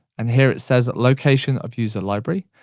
and here it says, location of user library,